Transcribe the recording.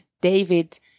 David